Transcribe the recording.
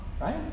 Right